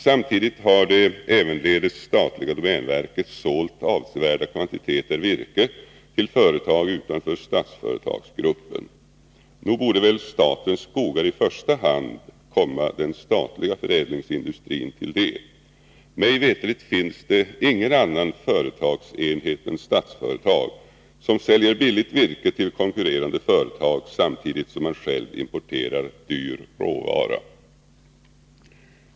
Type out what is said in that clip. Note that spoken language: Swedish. Samtidigt har det ävenledes statliga domänverket sålt avsevärda kvantiteter virke till företag utanför Statsföretagsgruppen. Nog borde väl statens skogar i första hand komma den statliga förädlingsindustrin till del. Mig veterligt finns det ingen annan företagsenhet än Statsföretag som säljer billigt virke till konkurrerande företag, samtidigt som man själv importerar dyr råvara.